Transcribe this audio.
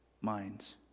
minds